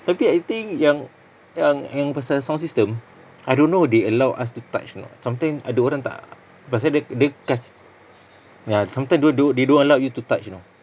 tapi I think yang yang yang pasal sound system I don't know they allow us to touch or not sometimes ada orang tak pasal dia dia kas~ ya sometimes they d~ w~ th~ w~ they don't allow you to touch you know